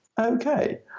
okay